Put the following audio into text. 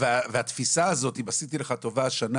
והתפיסה הזאת שעשיתי לך טובה השנה